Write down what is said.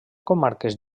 comarques